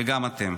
וגם אתם.